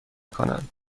کنند